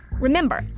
Remember